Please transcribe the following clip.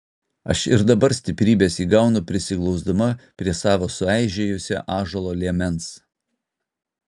aš ir dabar stiprybės įgaunu prisiglausdama prie savo sueižėjusio ąžuolo liemens